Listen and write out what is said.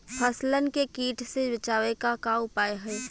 फसलन के कीट से बचावे क का उपाय है?